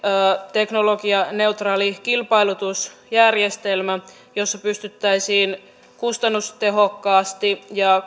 teknologianeutraali kilpailutusjärjestelmä jossa pystyttäisiin kustannustehokkaasti ja